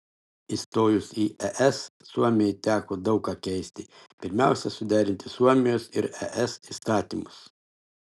įstojus į es suomijai teko daug ką keisti pirmiausia suderinti suomijos ir es įstatymus